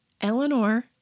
Eleanor